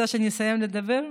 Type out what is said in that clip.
אז את רוצה שאני אסיים לדבר?